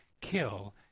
kill